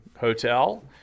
hotel